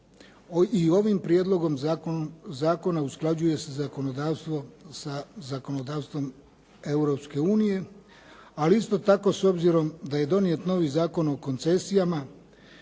I ovim prijedlogom zakona usklađuje se zakonodavstvo sa zakonodavstvom Europske unije, ali isto, s obzirom da je donijet novi Zakon o koncesijama